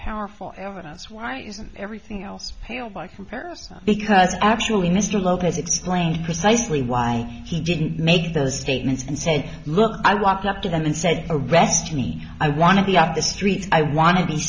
powerful evidence why isn't everything else pale by comparison because absolutely mr lott has explained precisely why he didn't make those statements and say look i walked up to them and said arrest me i want to be on the streets i want to be